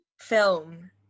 Film